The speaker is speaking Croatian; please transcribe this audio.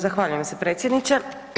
Zahvaljujem se predsjedniče.